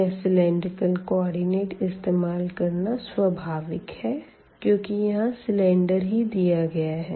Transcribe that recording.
यहाँ cylindrical coordinate इस्तेमाल करना स्वाभाविक है क्यूँकि यहाँ सिलेंडर ही दिया गया है